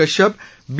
Kashyap बी